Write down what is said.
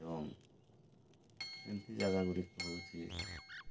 ଏବଂ ସେମିତି ଜାଗା ଗୁଡ଼ିକ ହେଉଛି